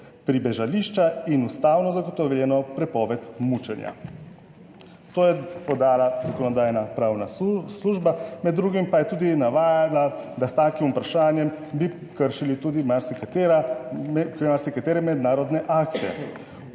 pribežališča in ustavno zagotovljeno prepoved mučenja. To je podala Zakonodajno-pravna služba, med drugim pa je tudi navajala, da s takim vprašanjem bi kršili tudi marsikatere mednarodne akte.